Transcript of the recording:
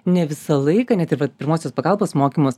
ne visą laiką net ir vat pirmosios pagalbos mokymus